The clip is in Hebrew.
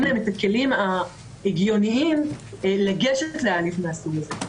להם את הכלים ההגיוניים לגשת להליך מהסוג הזה.